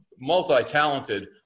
multi-talented